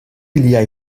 liaj